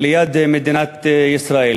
ליד מדינת ישראל.